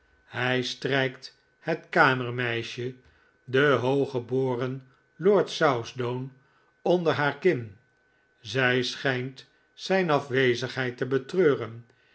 hij strijkt het kamermeisje de hooggeboren lord soutdown onder haar kin zij schijnt zijn afwezigheid te betreuren